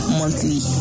monthly